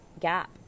gap